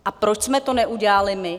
A proč jsme to neudělali my?